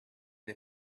the